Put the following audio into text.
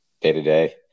day-to-day